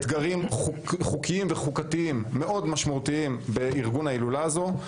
אתגרים חוקיים וחוקתיים משמעותיים מאוד בארגון ההילולה הזאת.